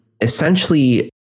essentially